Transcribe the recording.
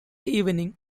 evening